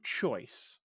choice